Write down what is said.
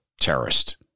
terrorist